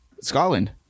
Scotland